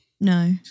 No